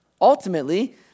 Ultimately